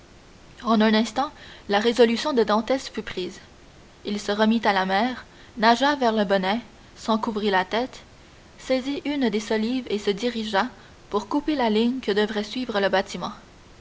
en un instant la résolution de dantès fut prise il se remit à la mer nagea vers le bonnet s'en couvrit la tête saisit une des solives et se dirigea pour couper la ligne que devait suivre le bâtiment